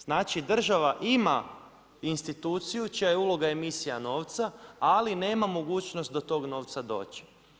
Znači država ima instituciju čija je uloga emisija novca, ali nema mogućnost do tog novca doći.